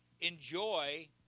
enjoy